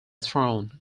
throne